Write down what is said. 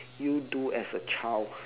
you do as a child